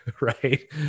Right